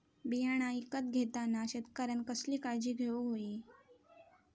बियाणा ईकत घेताना शेतकऱ्यानं कसली काळजी घेऊक होई?